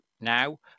now